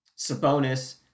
Sabonis